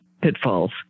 pitfalls